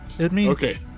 Okay